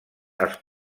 als